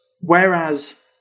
whereas